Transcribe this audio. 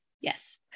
yes